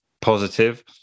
positive